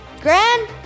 Grand